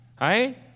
right